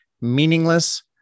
meaningless